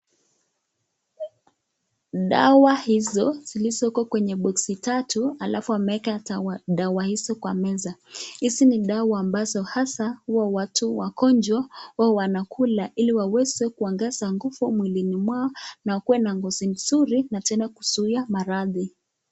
Dawa hizo zilizoko kwenye boxi tatu alafu ameeka dawa hizo kwa meza. Hizi ni dawa ambazo hasa huwa watu wagonjwa huwa wanakula ili kuongeza nguvu mwilini mwao na wakuwe na ngozi nzuri na tena kuzuia maradhi.